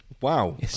Wow